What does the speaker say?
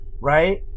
Right